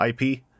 IP